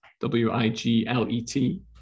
w-i-g-l-e-t